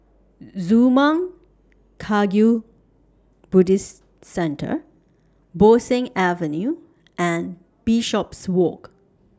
Zurmang Kagyud Buddhist Center Bo Seng Avenue and Bishopswalk